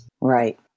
Right